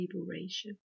liberation